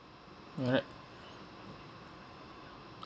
correct